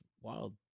wild